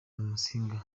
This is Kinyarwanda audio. musinga